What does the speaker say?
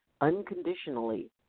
unconditionally